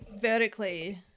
vertically